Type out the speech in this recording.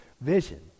vision